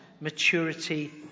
maturity